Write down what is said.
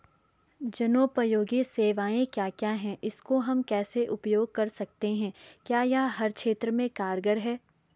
जनोपयोगी सेवाएं क्या क्या हैं इसको हम कैसे उपयोग कर सकते हैं क्या यह हर क्षेत्र में कारगर है?